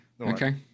Okay